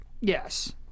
Yes